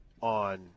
on